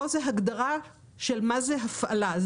הגדרה של המונח הפעלה.